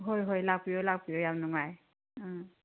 ꯍꯣꯏ ꯍꯣꯏ ꯂꯥꯛꯄꯤꯌꯨ ꯂꯥꯛꯄꯤꯌꯨ ꯌꯥꯝ ꯅꯨꯡꯉꯥꯏ ꯎꯝ